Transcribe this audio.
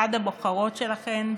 בעד הבוחרות שלכן,